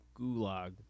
Gulag